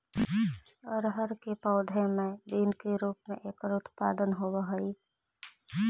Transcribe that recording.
अरहर के पौधे मैं बीन के रूप में एकर उत्पादन होवअ हई